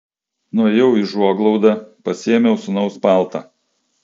nuėjau į užuoglaudą pasiėmiau sūnaus paltą